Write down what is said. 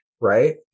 right